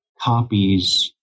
copies